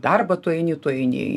darbą tu eini tu eini